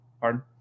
pardon